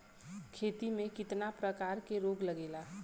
खेती में कितना प्रकार के रोग लगेला?